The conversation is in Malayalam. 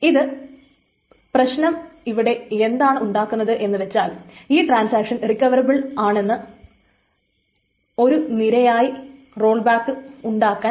ഇനി പ്രശ്നം എന്താണെന്നു വച്ചാൽ ഈ ട്രാൻസാക്ഷൻ റിക്കവറബിൾ ആണെങ്കിൽ ഒരു നിരയായി റോൾ ബാക്ക് ഉണ്ടാകാം